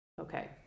Okay